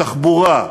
התחבורה,